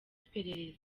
iperereza